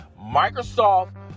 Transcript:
Microsoft